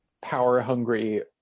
power-hungry